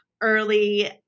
early